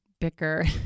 bicker